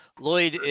Lloyd